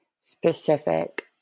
specific